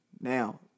Now